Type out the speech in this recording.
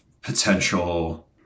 potential